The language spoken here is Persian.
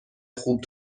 خوب